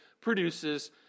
produces